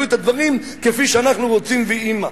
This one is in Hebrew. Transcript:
את הדברים כפי שאנחנו רוצים ויהי מה.